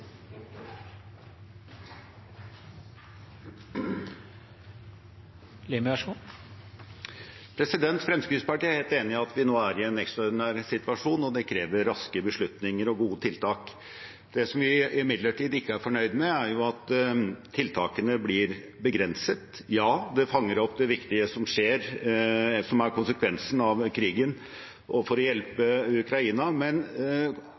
Fremskrittspartiet er helt enig i at vi nå er i en ekstraordinær situasjon. Det krever raske beslutninger og gode tiltak. Det vi imidlertid ikke er fornøyd med, er at tiltakene blir begrenset. Ja, de fanger opp det viktige som skjer, det som er konsekvensen av krigen, og de hjelper Ukraina, men